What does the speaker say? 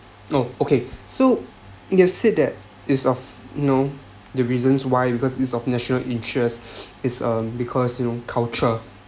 oh okay so you’ve said that is of you know the reasons why because is of national interest is uh because you know culture